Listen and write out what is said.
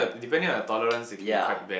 yeah